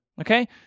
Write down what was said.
Okay